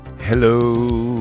Hello